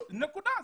נקודה.